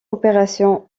opérations